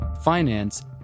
finance